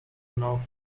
allow